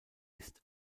ist